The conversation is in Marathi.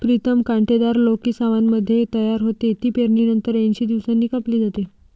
प्रीतम कांटेदार लौकी सावनमध्ये तयार होते, ती पेरणीनंतर ऐंशी दिवसांनी कापली जाते